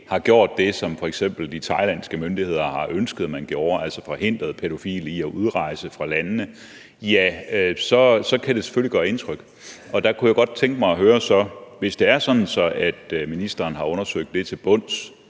har gjort det, som f.eks. de thailandske myndigheder har ønsket, man gjorde, altså forhindret pædofile i at udrejse fra landene, så kan det selvfølgelig gøre indtryk. Der kunne jeg godt tænke mig at høre, at hvis det er sådan, at ministeren har undersøgt til bunds,